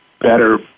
better